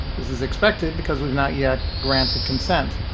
this is expected because we've not yet granted consent.